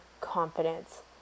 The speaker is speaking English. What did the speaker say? confidence